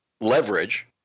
leverage